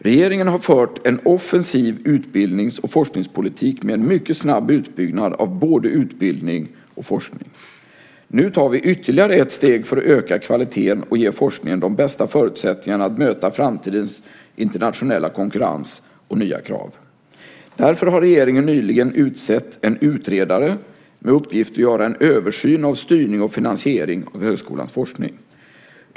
Regeringen har fört en offensiv utbildnings och forskningspolitik med en mycket snabb utbyggnad av både utbildning och forskning. Nu tar vi ytterligare ett steg för att öka kvaliteten och ge forskningen de bästa förutsättningarna att möta framtidens internationella konkurrens och nya krav. Därför har regeringen nyligen utsett en utredare med uppgift att göra en översyn av styrning och finansiering av högskolans forskning.